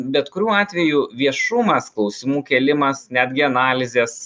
bet kuriuo atveju viešumas klausimų kėlimas netgi analizės